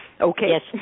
Okay